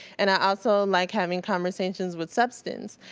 and i also like having conversations with substance.